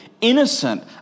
innocent